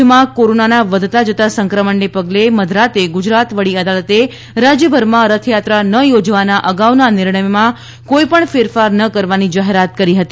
રાજ્યમાં કોરોનાના વધતાં જતાં સંક્રમણને પગલે મધરાતે ગુજરાત વડીઅદાલતે રાજ્યભરમાં રથયાત્રા ન યોજવાના અગાઉના નિર્ણયમાં કોઇપણ ફેરફાર ન કરવાની જાહેરાત કરી હતી